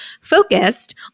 focused